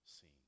seen